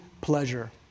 pleasure